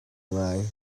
ngai